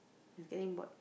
you getting bored